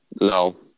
No